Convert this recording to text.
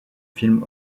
film